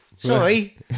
Sorry